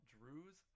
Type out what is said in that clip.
Drew's